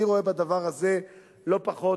אני רואה בדבר הזה לא פחות,